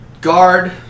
guard